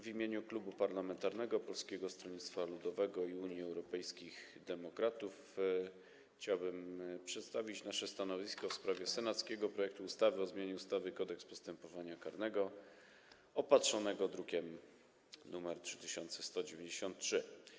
W imieniu Klubu Poselskiego Polskiego Stronnictwa Ludowego - Unii Europejskich Demokratów chciałbym przedstawić nasze stanowisko w sprawie senackiego projektu ustawy o zmianie ustawy Kodeks postępowania karnego z druku opatrzonego numerem 3193.